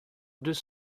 deux